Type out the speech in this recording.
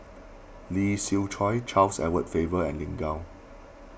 Lee Siew Choh Charles Edward Faber and Lin Gao